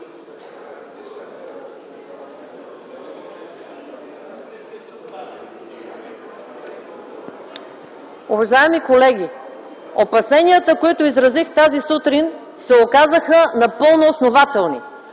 Уважаеми колеги, опасенията, които изразих тази сутрин, се оказаха напълно основателни,